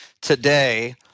today